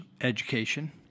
education